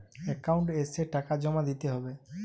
Account এসে টাকা জমা দিতে হবে?